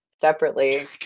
separately